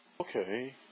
Okay